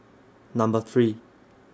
Number three